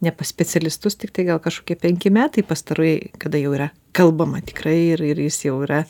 ne pas specialistus tiktai gal kažkokie penki metai pastarai kada jau yra kalbama tikrai ir ir jis jau yra